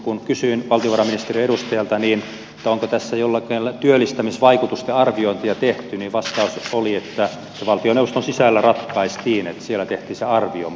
kun kysyin valtiovarainministeriön edustajalta onko tässä työllistämisvaikutusten arviointia tehty niin vastaus oli että valtioneuvoston sisällä ratkaistiin siellä tehtiin se arvio